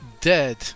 Dead